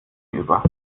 über